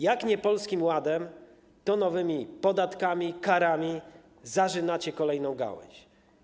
Jak nie Polskim Ładem, to nowymi podatkami, karami zarzynacie kolejną gałąź.